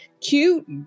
cute